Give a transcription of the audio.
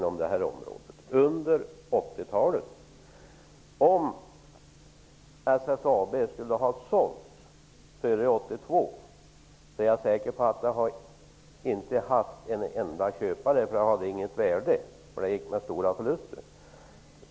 Om SSAB hade sålts före 1982, är jag säker på att det inte hade funnits en enda köpare, eftersom det inte fanns något värde i företaget. SSAB gick då med stora förluster.